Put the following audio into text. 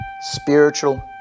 spiritual